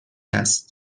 است